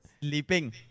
Sleeping